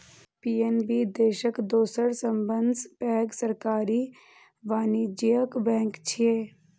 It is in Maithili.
पी.एन.बी देशक दोसर सबसं पैघ सरकारी वाणिज्यिक बैंक छियै